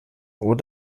und